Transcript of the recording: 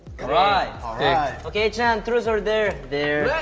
right. ah okay, jaehyun, truth or dare. dare.